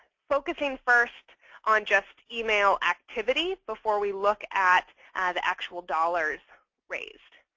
focusing first on just email activity before we look at the actual dollars raised.